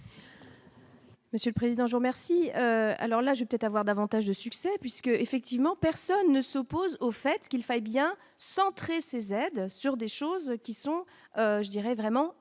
Monsieur le président, Jean merci alors là, je vais peut-être avoir davantage de succès puisque, effectivement, personne ne s'oppose au fait qu'il fallait bien centré ses aides sur des choses qui sont je dirais vraiment efficace,